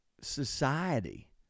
society